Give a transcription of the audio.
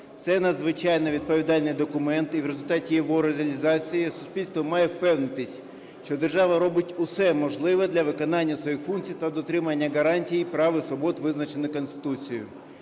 Це надзвичайно відповідальний документ, і в результаті його реалізації суспільство має впевнитися, що держава робить усе можливе для виконання своїх функцій та дотримання гарантій прав і свобод, визначених Конституцією.